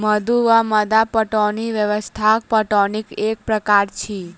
मद्दु वा मद्दा पटौनी व्यवस्था पटौनीक एक प्रकार अछि